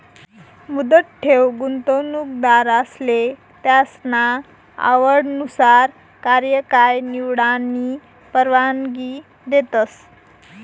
मुदत ठेव गुंतवणूकदारसले त्यासना आवडनुसार कार्यकाय निवडानी परवानगी देतस